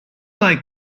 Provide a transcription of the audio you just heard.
like